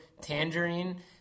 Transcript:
Tangerine